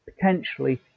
potentially